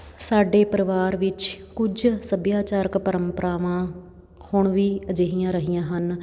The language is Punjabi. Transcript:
ਸਾਡੇ ਪਰਿਵਾਰ ਵਿੱਚ ਕੁਝ ਸੱਭਿਆਚਾਰਕ ਪਰੰਪਰਾਵਾਂ ਹੁਣ ਵੀ ਅਜਿਹੀਆਂ ਰਹੀਆਂ ਹਨ